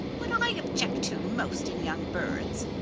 what i object to most in young birds,